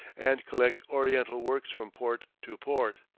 and collect oriental works from port to port.